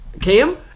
Cam